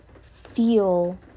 feel